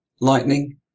lightning